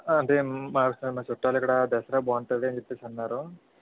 అంటే మా మా చుట్టాలిక్కడ దసరా బాగుంటుంది అని చెప్పేసి అన్నారు